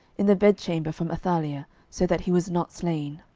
in the bedchamber from athaliah, so that he was not slain.